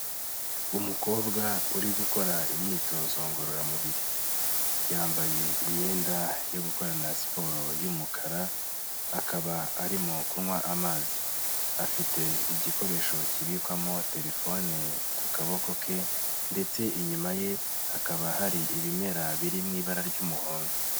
Umukobwa uri gukora imyitozo ngororamubiri, yambaye imyenda yo gukorana na siporo y'umukara, akaba arimo kunywa amazi, afite igikoresho kibikwamo telefone ku kaboko ke ndetse inyuma ye hakaba hari ibimera biri mu ibara ry'umuhondo.